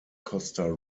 costa